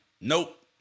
Nope